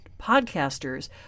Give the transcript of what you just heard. podcasters